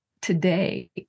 today